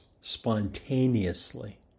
spontaneously